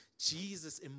Jesus